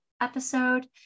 episode